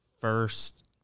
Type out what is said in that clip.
first